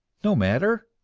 no matter!